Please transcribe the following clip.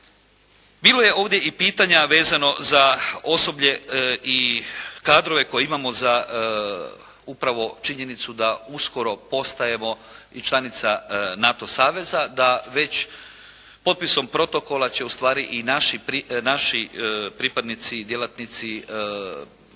Bilo je ovdje i pitanja vezano za osoblje i kadrove koje imamo za upravo činjenicu da uskoro postajemo i članica NATO saveza, da već potpisom protokola će ustvari i naši pripadnici i djelatnici